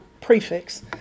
prefix